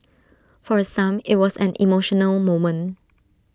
for some IT was an emotional moment